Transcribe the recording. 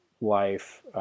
life